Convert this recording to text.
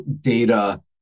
data